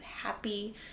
happy